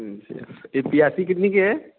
अच्छा ये प्यासी कितने की है